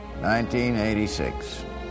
1986